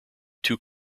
too